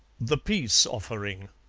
the peace offering